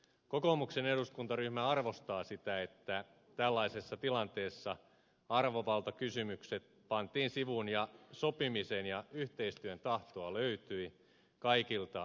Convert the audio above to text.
kokoomuksen eduskuntaryhmä arvostaa sitä että tällaisessa tilanteessa arvovaltakysymykset pantiin sivuun ja sopimisen ja yhteistyön tahtoa löytyi kaikilta osapuolilta